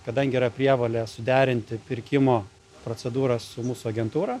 kadangi yra prievolė suderinti pirkimo procedūrą su mūsų agentūra